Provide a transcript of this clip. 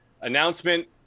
announcement